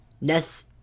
Ness